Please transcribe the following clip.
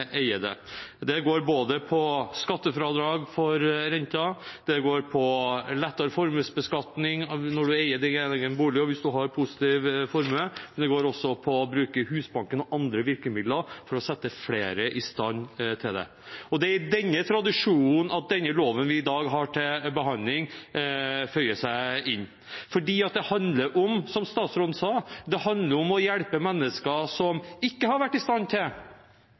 Det går på skattefradrag for renter, det går på lettere formuesbeskatning når man eier egen bolig og har positiv formue, og det går også på å bruke Husbanken og andre virkemidler for å sette flere i stand til å eie. Det er i denne tradisjonen at loven vi i dag har til behandling, føyer seg inn, for som statsråden sa, handler det om å hjelpe mennesker som ikke har vært i stand til